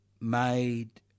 made